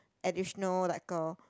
additional like a